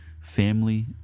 family